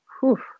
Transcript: whew